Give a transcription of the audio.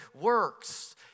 works